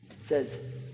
says